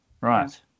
right